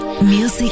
Music